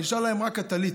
נשארה להם רק הטלית...